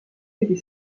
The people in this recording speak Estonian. pidi